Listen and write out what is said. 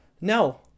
No